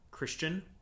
Christian